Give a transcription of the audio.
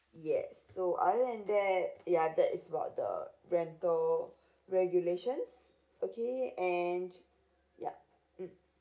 yes so other than that yeah that is about the rental regulations okay and yup mmhmm